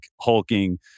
hulking